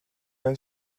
oedd